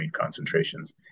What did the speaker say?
concentrations